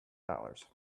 dollars